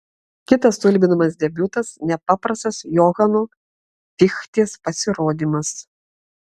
kitas stulbinamas debiutas nepaprastas johano fichtės pasirodymas